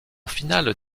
finale